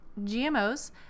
GMOs